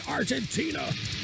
Argentina